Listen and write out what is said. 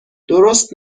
درست